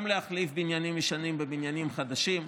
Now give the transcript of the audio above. גם להחליף בניינים ישנים בבניינים חדשים,